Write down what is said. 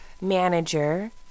manager